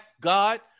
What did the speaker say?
God